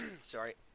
Sorry